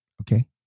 okay